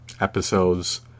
episodes